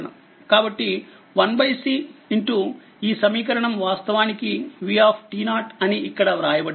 కాబట్టి 1C ఈ సమీకరణం వాస్తవానికి vఅని ఇక్కడ వ్రాయబడింది